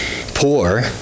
Poor